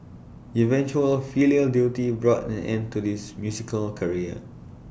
eventual filial duty brought an end to this musical career